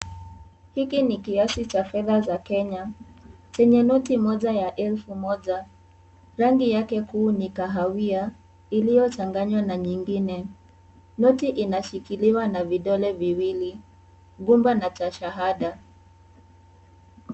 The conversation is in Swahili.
Hiki ni kiasi cha fedha za kenya, chenye noti moja ya elfu moja, rangi yake kuu ni kahawia, iliyo changanywa na nyingine, noti inashikiliwa na vidole viwili, gumba na cha shahada.